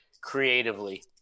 creatively